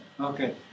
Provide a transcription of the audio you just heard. Okay